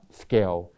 scale